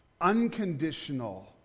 unconditional